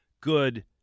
good